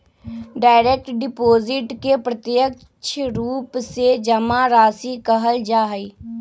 direct deposit के प्रत्यक्ष रूप से जमा राशि कहल जा हई